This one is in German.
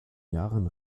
jahren